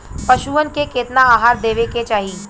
पशुअन के केतना आहार देवे के चाही?